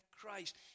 Christ